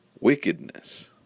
wickedness